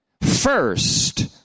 first